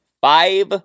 five